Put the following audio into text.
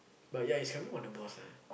but yeah is depending on the boss lah